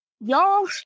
Y'all